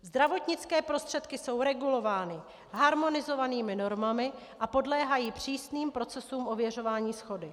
Zdravotnické prostředky jsou regulovány harmonizovanými normami a podléhají přísným procesům ověřování shody.